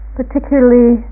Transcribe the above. particularly